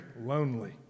lonely